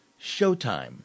Showtime